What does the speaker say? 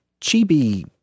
chibi